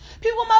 people